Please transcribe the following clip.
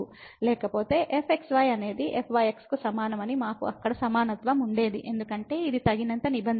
లేకపోతే fxy అనేది fyx కు సమానమని మాకు అక్కడ సమానత్వం ఉండేది ఎందుకంటే ఇది తగినంత నిబంధన